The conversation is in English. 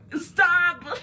Stop